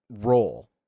role